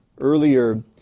earlier